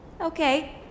okay